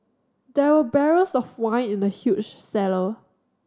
there were barrels of wine in the huge cellar